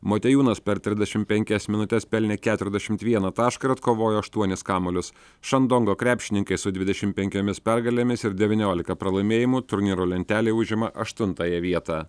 motiejūnas per trisdešimt penkias minutes pelnė keturiasdešimt vieną tašką atkovojo aštuonis kamuolius šandongo krepšininkai su dvidešimt penkiomis pergalėmis ir devyniolika pralaimėjimų turnyro lentelėje užima aštuntąją vietą